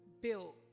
built